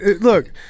look